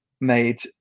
made